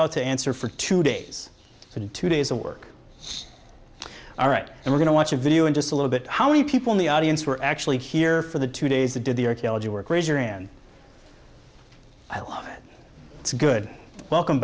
out to answer for two days to two days of work all right and we're going to watch a video in just a little bit how many people in the audience were actually here for the two days that did the archaeology work raise your hand it's a good welcome